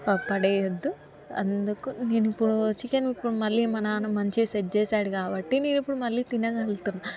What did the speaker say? పడేయద్దు అందుకు నేనిప్పుడు చికెన్ ఇప్పుడు మళ్ళీ మా నాన్న మంచిగా సెట్ చేశాడు కాబట్టి నేనిప్పుడు మళ్ళీ తినగలుగుతున్నాం